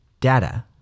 data